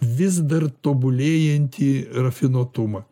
vis dar tobulėjanti rafinuotumą